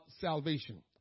salvation